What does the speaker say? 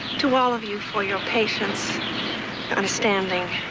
to all of you for your patience, your understanding,